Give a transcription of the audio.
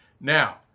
Now